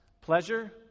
pleasure